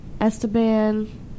Esteban